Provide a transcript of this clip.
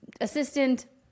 assistant